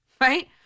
right